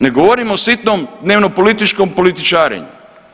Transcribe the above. Ne govorim o sitnom dnevnopolitičkom političarenju.